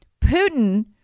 Putin